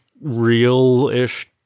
real-ish